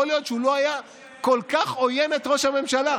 יכול להיות שהוא לא היה כל כך עוין את ראש הממשלה.